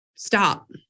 Stop